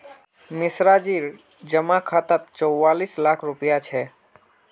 मिश्राजीर जमा खातात चौवालिस लाख रुपया छ